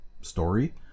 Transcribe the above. story